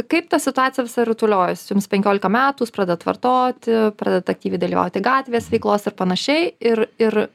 kaip ta situacija visa rutuliojasi jums penkiolika metų jūs pradedat vartoti pradedat aktyviai dalyvauti gatvės veiklos ir panašiai ir ir